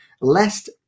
lest